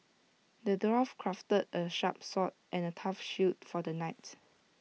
the dwarf crafted A sharp sword and A tough shield for the knight